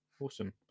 awesome